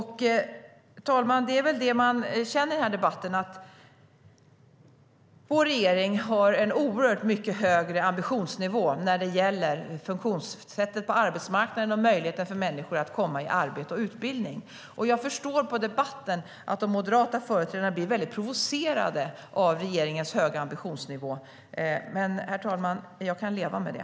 Herr talman! Det är väl det man känner i den här debatten: Vår regering har en oerhört mycket högre ambitionsnivå när det gäller funktionssättet på arbetsmarknaden och möjligheten för människor att komma i arbete och utbildning. Jag förstår på debatten att de moderata företrädarna blir väldigt provocerade av regeringens höga ambitionsnivå. Men, herr talman, jag kan leva med det.